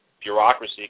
bureaucracy